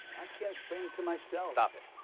i can't explain it to myself. stop it.